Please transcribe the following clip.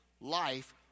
life